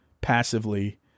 passively